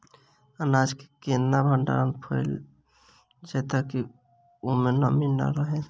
अनाज केँ केना भण्डारण कैल जाए ताकि ओई मै नमी नै रहै?